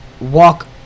walk